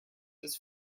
his